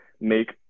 make